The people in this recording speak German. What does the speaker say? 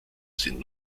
sind